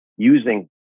using